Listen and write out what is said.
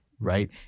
Right